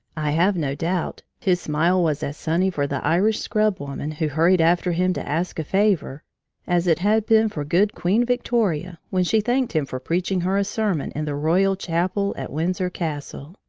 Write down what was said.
i have no doubt his smile was as sunny for the irish scrub-woman who hurried after him to ask a favor as it had been for good queen victoria when she thanked him for preaching her a sermon in the royal chapel at windsor castle.